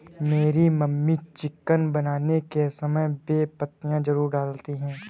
मेरी mummy chicken बनाने के समय बे पत्तियां जरूर डालती हैं